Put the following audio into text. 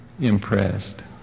Impressed